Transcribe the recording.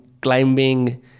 climbing